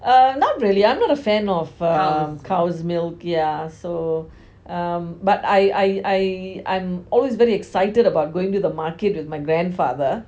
uh not really I'm not a fan of uh cow's milk yeah so um but I I I I'm alway very excited about going to the market with my grandfather